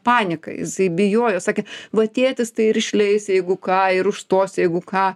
panika jisai bijojo sakė va tėtis tai ir išleis jeigu ką ir užstos jeigu ką